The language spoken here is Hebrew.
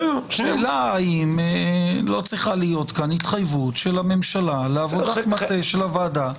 השאלה האם לא צריכה להיות כאן התחייבות של הממשלה לעבודת מטה של הוועדה.